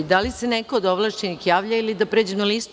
Da li se neko od ovlašćenih javlja ili da pređemo na listu?